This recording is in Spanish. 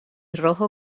rojo